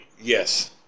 Yes